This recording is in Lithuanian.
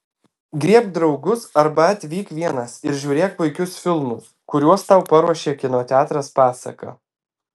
griebk draugus arba atvyk vienas ir žiūrėk puikius filmus kuriuos tau paruošė kino teatras pasaka